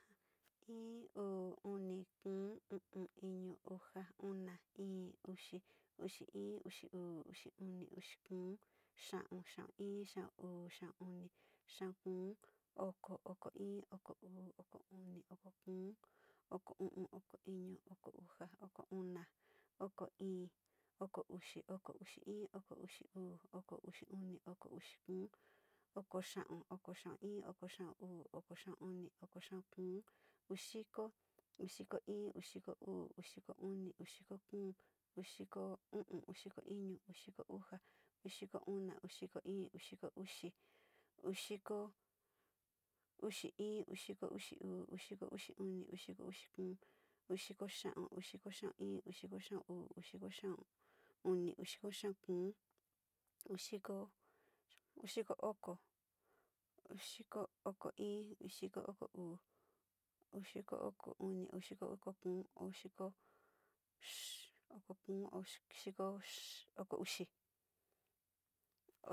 I, uu, uni, kuu, u´u, iñu, uxa, una, ii, uxi, uxii, uxiuu, uxi uni, uxi kuu xiaun, xiau i, uxi, uxi, xiau, xiao, xiau, xiauuni, xiau kuu, oko, oko i, oko u, oko uni, oko kuu, oko uni, oko ñi, oko uxa, oko una, oko i, oko uxi, oko xiau, oko xiuo, oko uxi’un, oko xiuo, oko xiau, oko xiuo kuu, oko xiko, uu xiko, uu xiko kuu, uu xiko un, uu xiko kuu, uu xiko, uu xiko, uu xiko uxi, uu xiko xiau, uu xiko uxi, uu xiko un, uu xiko kuu, uu xiko uxiuu, uu xiko uxiuni, uu xiko uti kuu, uu xiko xiau kuu, uu xiko oko, uu xiko oko i, uu xiko oko kuu, uu xiko oto uni, uu xiko oko kuu, uu xiko oko uxi.